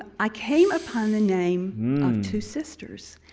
i came upon the name of two sisters.